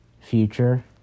future